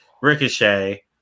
Ricochet